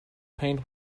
paint